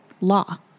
law